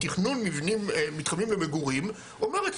לתכנון מבנים מתחמים למגורים אומרת,